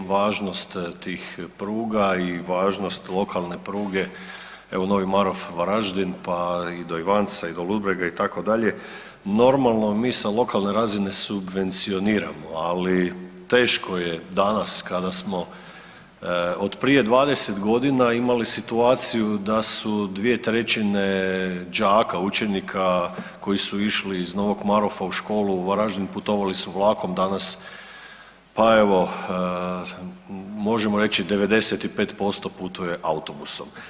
Važnosti tih pruga i važnost lokalne pruge evo Novi Marof – Varaždin, pa i do Ivanca i do Ludbrega itd., normalno mi sa lokalne razine subvencioniramo, ali teško je danas kada smo od prije 20 godina imali situaciju da su 2/3 đaka, učenika koji su išli iz Novog Marofa u Varaždin putovali su vlakom, danas pa evo možemo reći 95% putuje autobusom.